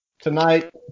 Tonight